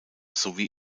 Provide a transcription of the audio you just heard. sowie